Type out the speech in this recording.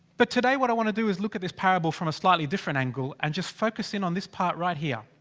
but today what i want to do is look at this parable from a slightly different angle. and just focus in on this part right here.